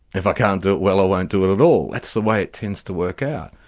if i can't do it well i won't do it at all. that's the way it tends to work out.